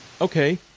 Okay